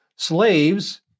Slaves